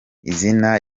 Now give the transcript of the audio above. izina